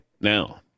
now